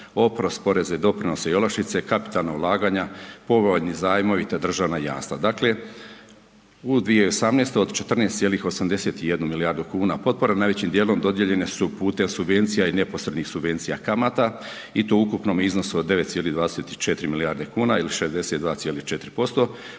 oprost poreza i doprinosa i olakšice, kapitalna ulaganja, povoljni zajmovi te državna jamstva. Dakle u 2018. do 14,81 milijardu kuna potpora najvećim dijelom dodijeljene su putem subvencija i neposrednih subvencija kamata i to u ukupnom iznosu od 9,24 milijarde kuna ili 62,4%,